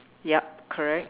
yup correct